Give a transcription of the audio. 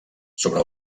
sobre